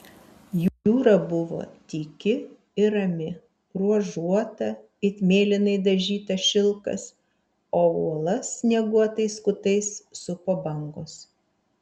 jūra buvo tyki ir rami ruožuota it mėlynai dažytas šilkas o uolas snieguotais kutais supo bangos